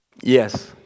Yes